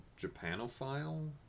Japanophile